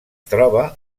troba